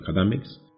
academics